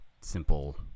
simple